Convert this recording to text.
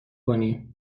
کنی